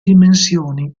dimensioni